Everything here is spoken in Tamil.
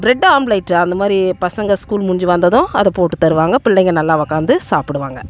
ப்ரெட்டு ஆம்ப்லேட் அந்த மாதிரி பசங்கள் ஸ்கூல் முடிஞ்சு வந்ததும் அதை போட்டுத்தருவாங்க பிள்ளைங்கள் நல்லா உட்காந்து சாப்பிடுவாங்க